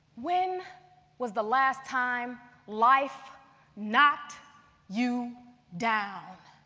when was the last time life knocked you down?